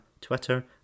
Twitter